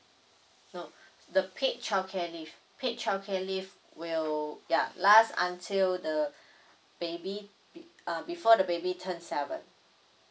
nope the paid childcare leave paid childcare leave will ya last until the baby uh before the baby turns seven